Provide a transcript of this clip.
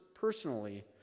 personally